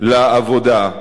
לעבודה.